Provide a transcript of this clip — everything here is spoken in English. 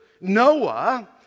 Noah